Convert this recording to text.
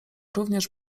również